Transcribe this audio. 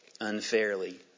unfairly